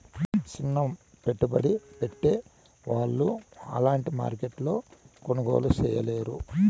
సిన్న పెట్టుబడి పెట్టే వాళ్ళు అలాంటి మార్కెట్లో కొనుగోలు చేయలేరు